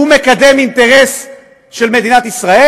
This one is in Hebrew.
הוא מקדם אינטרס של מדינת ישראל?